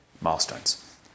milestones